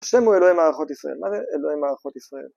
‫שם הוא אלוהים מערכות ישראל. ‫מה זה אלוהים מערכות ישראל?